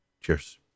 Cheers